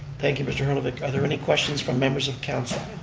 thank you, mr. herlovich. are there any questions from members of council?